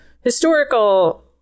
historical